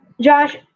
josh